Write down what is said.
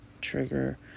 trigger